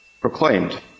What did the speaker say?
proclaimed